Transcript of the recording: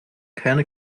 keiner